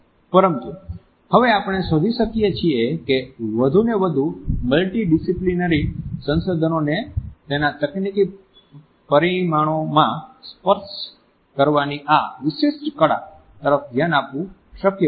પરંતુ હવે આપણે શોધી શકીએ છીએ કે વધુને વધુ મલ્ટિ ડિસ્પિપ્લિનરી સંશોધનને તેના તકનીકી પરિમાણોમાં સ્પર્શ કરવાની આ વિશિષ્ટ કળા તરફ ધ્યાન આપવું શક્ય બન્યું છે